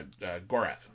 Gorath